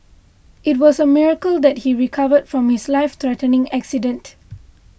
it was a miracle that he recovered from his life threatening accident